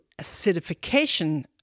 acidification